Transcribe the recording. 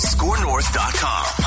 Scorenorth.com